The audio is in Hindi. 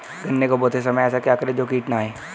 गन्ने को बोते समय ऐसा क्या करें जो कीट न आयें?